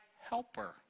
helper